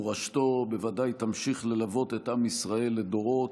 מורשתו בוודאי תמשיך ללוות את עם ישראל לדורות,